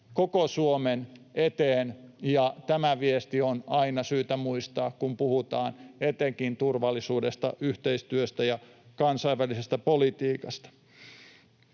koko Suomen eteen, ja tämä viesti on aina syytä muistaa, kun puhutaan etenkin turvallisuudesta, yhteistyöstä ja kansainvälisestä politiikasta.